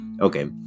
Okay